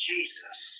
Jesus